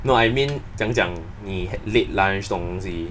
no I mean 讲讲你 late lunch 这种东西